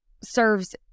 serves